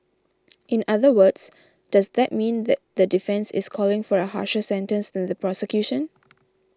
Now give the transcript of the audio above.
in other words does that mean that the defence is calling for a harsher sentence than the prosecution